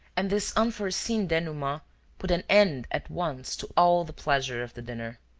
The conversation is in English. and this unforeseen denouement put an end at once to all the pleasure of the dinner.